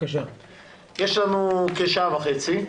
יש לנו כשעה וחצי,